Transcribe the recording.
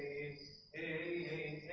is a